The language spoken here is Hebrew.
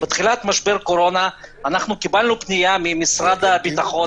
בתחילת משבר הקורונה אנחנו קיבלנו פנייה ממשרד הביטחון,